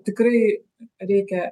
tikrai reikia